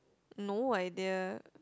no idea